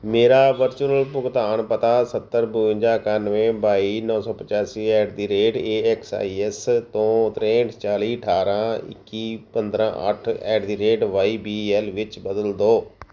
ਮੇਰਾ ਵਰਚੁਅਲ ਭੁਗਤਾਨ ਪਤਾ ਸੱਤਰ ਬਵੰਜਾ ਇਕਾਨਵੇਂ ਬਾਈ ਨੌਂ ਸੌ ਪਚਾਸੀ at the rate A X I S ਤੋਂ ਤਰੇਂਹਠ ਚਾਲ੍ਹੀ ਅਠਾਰ੍ਹਾਂ ਇੱਕੀ ਪੰਦਰ੍ਹਾਂ ਅੱਠ at the rate Y B L ਵਿੱਚ ਬਦਲ ਦਿਓ